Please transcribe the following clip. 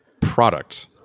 product